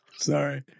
Sorry